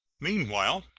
meanwhile,